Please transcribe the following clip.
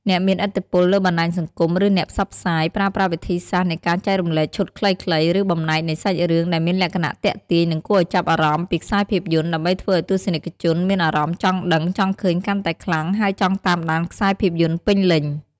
អ្នកមានឥទ្ធិពលលើបណ្ដាញសង្គម ឬអ្នកផ្សព្វផ្សាយ ប្រើប្រាស់វិធីសាស្រ្តនៃការចែករំលែកឈុតខ្លីៗ ឬបំណែកនៃសាច់រឿងដែលមានលក្ខណៈទាក់ទាញ និងគួរឱ្យចាប់អារម្មណ៍ពីខ្សែភាពយន្ត ដើម្បីធ្វើឱ្យទស្សនិកជនមានអារម្មណ៍ចង់ដឹងចង់ឃើញកាន់តែខ្លាំង ហើយចង់តាមដានខ្សែភាពយន្តពេញលេញ។